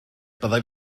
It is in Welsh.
byddai